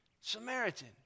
Samaritan